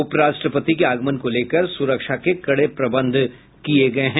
उपराष्ट्रपति के आगमन को लेकर सुरक्षा के कड़े प्रबंध किये गये हैं